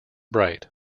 bright